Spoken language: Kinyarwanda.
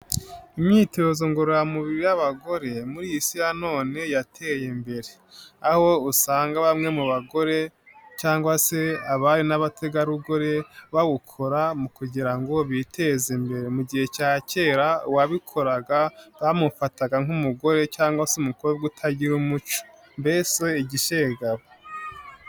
Imyitozo ngororamubiri y'abagore muri iyi isi ya none yateye imbere aho usanga bamwe mu bagore cyangwa se abari n'abategarugori bawukoraga kugira ngo biteze imbere, mu gihe cya kera uwabikoraga bamufataga nk'umugore cyangwa se umukobwa utagira umuco mbese igishegabo.